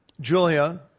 Julia